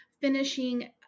finishing